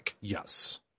Yes